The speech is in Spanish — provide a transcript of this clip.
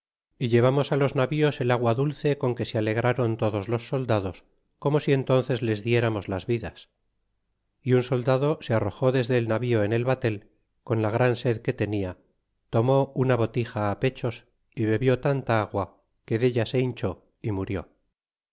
y llevamos los navíos el agua dulce con que se alegraron todos los soldados como si entónces les dieramos las vidas y un soldado se arrojó desde el navío en el batel con la gran sed que tenia tomó una botija pechos y bebió tanta agua que della se hinchó y murió